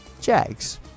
Jags